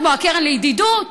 כמו הקרן לידידות.